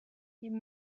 die